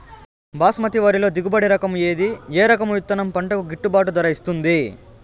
బాస్మతి వరిలో దిగుబడి రకము ఏది ఏ రకము విత్తనం పంటకు గిట్టుబాటు ధర ఇస్తుంది